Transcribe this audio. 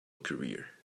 career